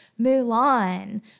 Mulan